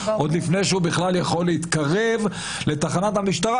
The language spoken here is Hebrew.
עוד לפני שהוא בכלל יכול להתקרב לתחנת המשטרה,